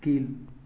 கீழ்